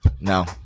No